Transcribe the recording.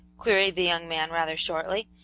queried the young man rather shortly,